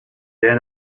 der